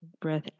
breath